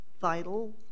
vital